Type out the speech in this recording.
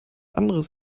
anderes